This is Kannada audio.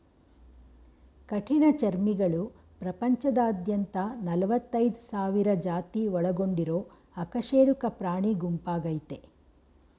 ಕಠಿಣಚರ್ಮಿಗಳು ಪ್ರಪಂಚದಾದ್ಯಂತ ನಲವತ್ತೈದ್ ಸಾವಿರ ಜಾತಿ ಒಳಗೊಂಡಿರೊ ಅಕಶೇರುಕ ಪ್ರಾಣಿಗುಂಪಾಗಯ್ತೆ